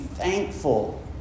Thankful